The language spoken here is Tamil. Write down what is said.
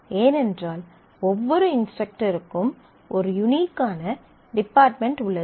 ஏனென்றால் ஒவ்வொரு இன்ஸ்டரக்டருக்கும் ஒரு யூனிஃக்கான டிபார்ட்மென்ட் உள்ளது